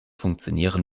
funktionieren